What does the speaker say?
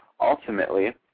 Ultimately